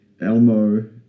Elmo